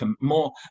more